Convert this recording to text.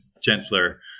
gentler